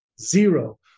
Zero